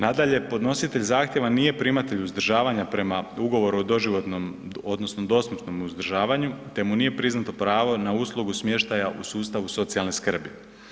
Nadalje, podnositelj zahtjeva nije primatelj uzdržavanja prema ugovoru o doživotnom odnosno dosmrtnom uzdržavanju te mu nije priznato pravo na uslugu smještaja u sustavu socijalne skrbi.